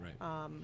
right